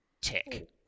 tick